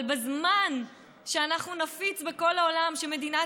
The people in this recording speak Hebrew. אבל בזמן שאנחנו נפיץ בכל העולם שמדינת